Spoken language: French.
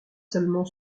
seulement